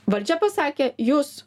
valdžia pasakė jūs